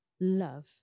love